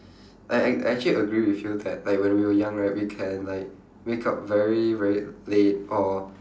I I I actually agree with you that like when we were young right we can like wake up very very late or